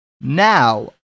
Now